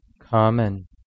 common